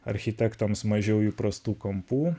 architektams mažiau įprastų kampų